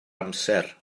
amser